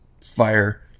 Fire